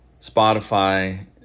Spotify